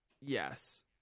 Yes